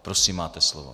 Prosím, máte slovo.